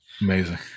amazing